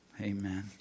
amen